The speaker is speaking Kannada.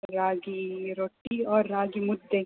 ರಾಗಿ ರೊಟ್ಟಿ ಆರ್ ರಾಗಿ ಮುದ್ದೆ